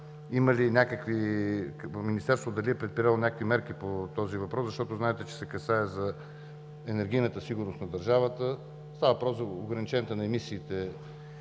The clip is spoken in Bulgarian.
все пак Министерството дали е предприело някакви мерки по този въпрос, защото знаете, че се касае за енергийната сигурност на държавата. Става въпрос за ограничението на емисиите